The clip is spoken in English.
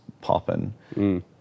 popping